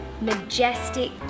majestic